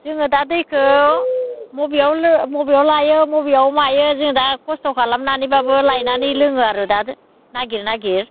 जोङो दा दैखौ बबेयाव लायो बबेयाव मायो जों दा खस्थ' खालामनानैबाबो लायनानै लोङो आरो दा नागिर नागिर